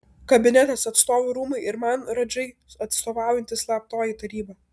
kabinetas atstovų rūmai ir man radžai atstovaujanti slaptoji taryba